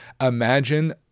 imagine